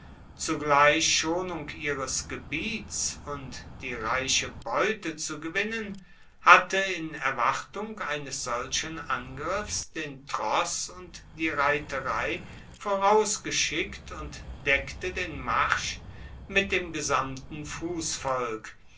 zugleich schonung ihres gebiets und die reiche beute zu gewinnen hatte in erwartung eines solchen angriffs den tross und die reiterei voraufgeschickt und deckte den marsch mit dem gesamten